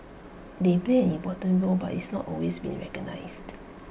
they played an important role but it's not always been recognised